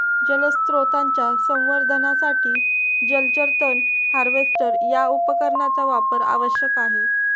जलस्रोतांच्या संवर्धनासाठी जलचर तण हार्वेस्टर या उपकरणाचा वापर आवश्यक आहे